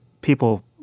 people